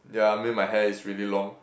yeah I mean my hair is really long